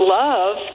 love